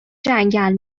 جنگل